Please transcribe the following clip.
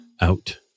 out